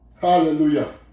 Hallelujah